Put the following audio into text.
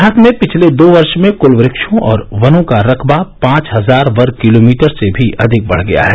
भारत में पिछले दो वर्ष में कूल वृक्षों और वनों का रकबा पांच हजार वर्ग किलोमीटर से भी अधिक बढ़ गया है